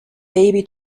baby